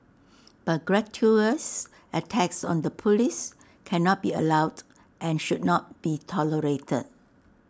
but gratuitous attacks on the Police cannot be allowed and should not be tolerated